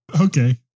Okay